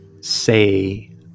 say